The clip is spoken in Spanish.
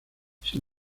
sin